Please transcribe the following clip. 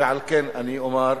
ועל כן אני אומר,